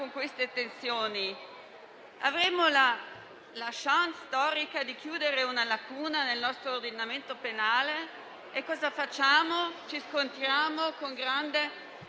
di tensione. Abbiamo la *chance* storica di chiudere una lacuna nel nostro ordinamento penale e cosa facciamo? Ci scontriamo con grande